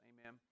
Amen